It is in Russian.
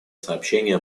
сообщения